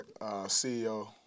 CEO